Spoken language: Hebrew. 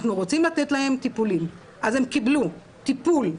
אנחנו רוצים לתת להם טיפולים' אז הם קיבלו טיפול נפשי.